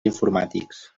informàtics